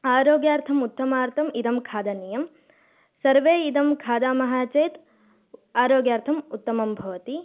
आरोग्यार्थम् उत्तमार्तम् इदं खादनीयं सर्वे इदं खादामः चेत् आरोग्यार्थम् उत्तमं भवति